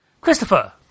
Christopher